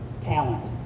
talent